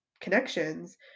connections